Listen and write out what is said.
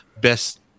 best